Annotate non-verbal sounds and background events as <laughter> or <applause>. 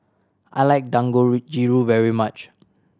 I like <unintelligible> very much